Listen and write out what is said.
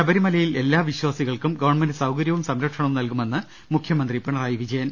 ശബരിമലയിൽ എല്ലാ വിശ്വാസികൾക്കും ഗവൺമെന്റ് സൌക ര്യവും സംരക്ഷണവും നൽകുമെന്ന് മുഖ്യമന്ത്രി പിണറായി വിജ യൻ